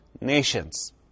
nations